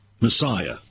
Messiah